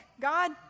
God